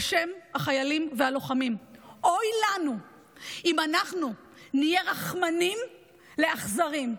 בשם החיילים והלוחמים: אוי לנו אם אנחנו נהיה רחמנים לאכזרים.